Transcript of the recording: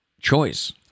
choice